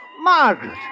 Margaret